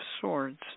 Swords